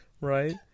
Right